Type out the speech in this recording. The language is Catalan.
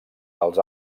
dels